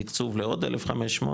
תקצוב לעוד 1,500,